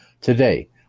Today